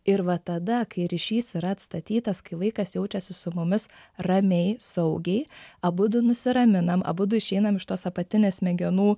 ir va tada kai ryšys yra atstatytas kai vaikas jaučiasi su mumis ramiai saugiai abudu nusiraminam abudu išeinam iš tos apatinės smegenų